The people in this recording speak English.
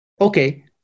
okay